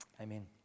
amen